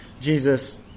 Jesus